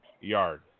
yard